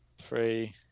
Three